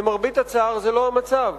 למרבה הצער, זה לא המצב.